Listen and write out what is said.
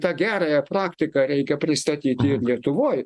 tą gerąją praktiką reikia pristatyti ir lietuvoj